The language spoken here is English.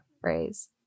phrase